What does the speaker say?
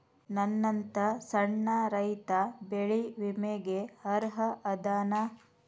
ನನ್ನಂತ ಸಣ್ಣ ರೈತಾ ಬೆಳಿ ವಿಮೆಗೆ ಅರ್ಹ ಅದನಾ?